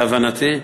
להבנתי.